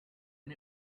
and